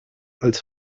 als